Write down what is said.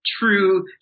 true